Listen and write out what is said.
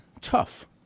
tough